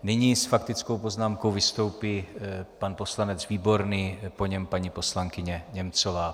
Nyní s faktickou poznámkou vystoupí pan poslanec Výborný, po něm paní poslankyně Němcová.